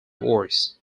worse